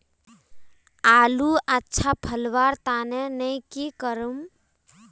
आलूर अच्छा फलवार तने नई की करूम?